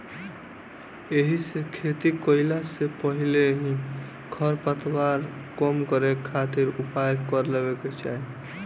एहिसे खेती कईला से पहिले ही खरपतवार कम करे खातिर उपाय कर लेवे के चाही